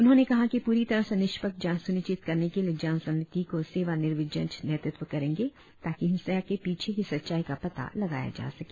उन्होंने कहा कि पूरी तरह से निष्पक्ष जांच सुनिश्चित करने के लिए जांच समिति को सेवा निवृत्त जज नेतृत्व करेंगे ताकि हिंसा के पीछे की सच्चाई का पता लगाया जा सके